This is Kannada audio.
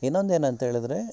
ಇನ್ನೊಂದೇನಂತ ಹೇಳಿದ್ರೆ